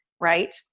right